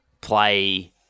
play